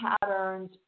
patterns